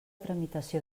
tramitació